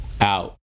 Out